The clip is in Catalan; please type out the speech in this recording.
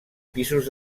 pisos